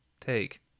take